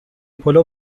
پلو